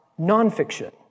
nonfiction